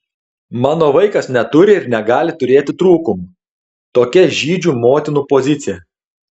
mano vaikas neturi ir negali turėti trūkumų tokia žydžių motinų pozicija